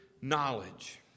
knowledge